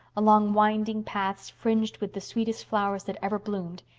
along winding paths fringed with the sweetest flowers that ever bloomed,